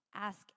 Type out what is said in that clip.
Ask